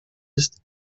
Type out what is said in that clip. ist